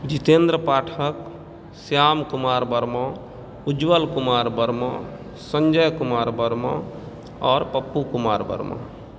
जितेन्द्र पाठक श्याम कुमार वर्मा उज्ज्वल कुमार वर्मा संजय कुमार वर्मा आओर पप्पू कुमार वर्मा